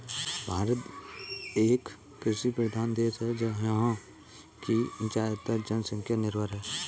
भारत एक कृषि प्रधान देश है यहाँ की ज़्यादातर जनसंख्या निर्भर है